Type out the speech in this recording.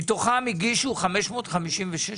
מתוכן הגישו 556 בקשות.